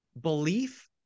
belief